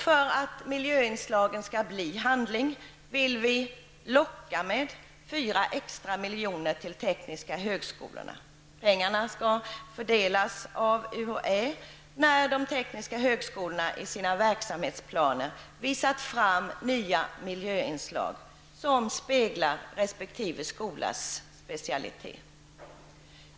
För att miljöinslagen skall bli handling vill vi locka med fyra extra miljoner till de tekniska högskolorna. Pengarna skall fördelas av UHÄ när de tekniska högskolorna i sina verksamhetsplaner visat fram nya miljöinslag som speglar resp. skolas specialitet.